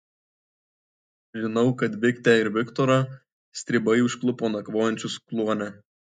žinau kad viktę ir viktorą stribai užklupo nakvojančius kluone